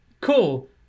Cool